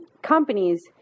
companies